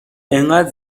انقد